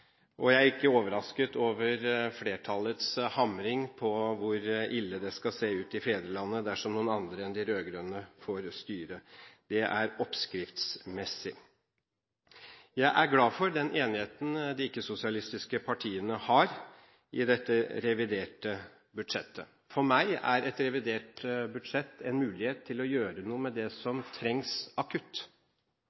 er jeg ikke overrasket over flertallets hamring på hvor ille det skal se ut i fedrelandet dersom noen andre enn de rød-grønne får styre. Det er oppskriftsmessig. Jeg er glad for den enigheten de ikke-sosialistiske partiene har i dette reviderte budsjettet. For meg er et revidert budsjett en mulighet til å gjøre noe med det som